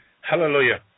Hallelujah